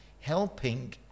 helping